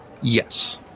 Yes